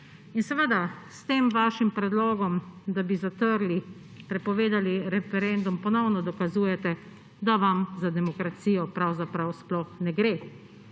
obljubljali? S tem vašim predlogom, da bi zatrli, prepovedali referendum, ponovno dokazujete, da vam za demokracijo pravzaprav sploh ne gre.